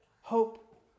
Hope